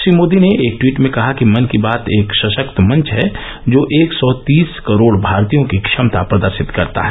श्री मोदी ने एक ट्वीट में कहा कि मन की बात एक सशक्त मंच है जो एक सौ तीस करोड भारतीयों की क्षमता प्रदर्शित करता है